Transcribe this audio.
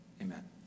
Amen